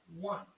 One